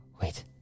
Wait